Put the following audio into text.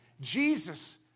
Jesus